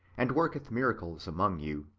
and worketh miracles among you,